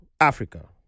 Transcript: Africa